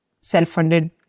self-funded